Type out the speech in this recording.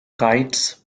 kites